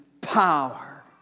power